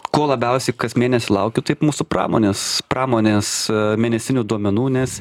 ko labiausiai kas mėnesį laukiu taip mūsų pramonės pramonės mėnesinių duomenų nes